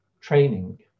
training